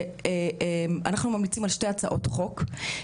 אנחנו ממליצים על שתי הצעות חוק